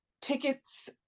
tickets